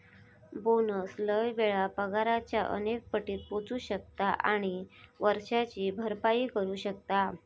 bonus लय वेळा पगाराच्या अनेक पटीत पोचू शकता आणि वर्षाची भरपाई करू शकता